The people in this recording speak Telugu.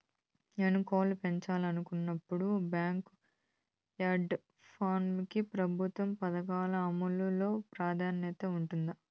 నేను కోళ్ళు పెంచాలనుకున్నపుడు, బ్యాంకు యార్డ్ పౌల్ట్రీ కి ప్రభుత్వ పథకాల అమలు లో ప్రాధాన్యత ఉంటుందా?